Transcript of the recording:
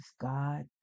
God